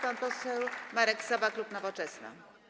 Pan poseł Marek Sowa, klub Nowoczesna.